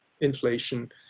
inflation